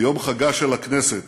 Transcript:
ביום חגה של הכנסת